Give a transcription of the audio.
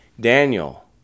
Daniel